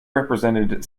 represented